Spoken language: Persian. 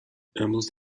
امروز